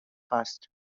first